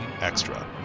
extra